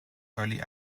early